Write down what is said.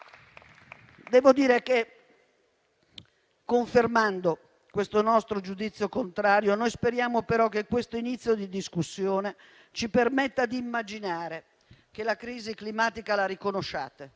Devo dire che, confermando questo nostro giudizio contrario, speriamo però che questo inizio di discussione ci permetta di immaginare che la crisi climatica la riconosciate.